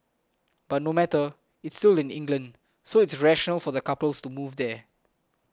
but no matter it's still in England so it's rational for the couples to move there